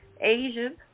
Asian